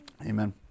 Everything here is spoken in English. Amen